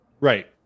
Right